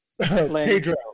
Pedro